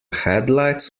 headlights